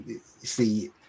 see